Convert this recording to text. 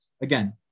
Again